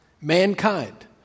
mankind